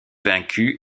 vaincu